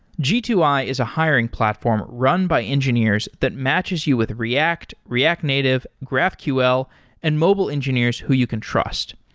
g two i is a hiring platform run by engineers that matches you with react, react native, graphql and mobile engineers who you can trust.